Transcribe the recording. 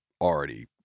already